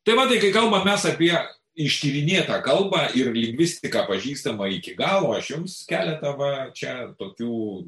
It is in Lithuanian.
tai va tai kai kalbam mes apie ištyrinėtą kalbą ir lingvistiką pažįstamą iki galo aš jums keletą va čia tokių